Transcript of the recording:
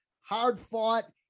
hard-fought